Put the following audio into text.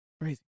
Crazy